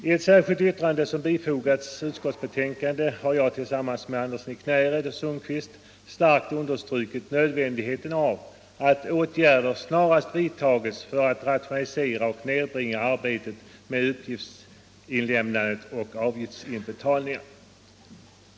I ett särskilt yttrande som fogats vid utskottsbetänkandet har jag tillsammans med herr Andersson i Knäred och herr Sundkvist starkt understrukit nödvändigheten av att åtgärder snarast vidtas för att rationalisera och nedbringa arbetet med uppgiftslämnande och avgiftsinbetalningar.